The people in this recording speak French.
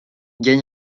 gagne